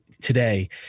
today